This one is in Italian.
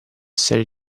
essere